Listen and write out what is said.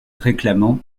réclamant